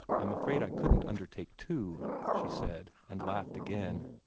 i'm afraid i couldn't undertake two, she said, and laughed again.